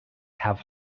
have